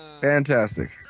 Fantastic